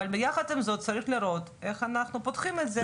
אבל יחד עם זאת צריך לראות איך אנחנו פותחים את זה.